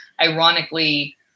ironically